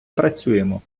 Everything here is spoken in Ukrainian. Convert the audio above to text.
працюємо